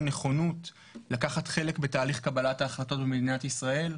נכונות לקחת חלק בתהליך קבלת ההחלטות במדינת ישראל,